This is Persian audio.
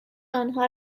آنها